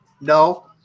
No